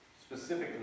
specifically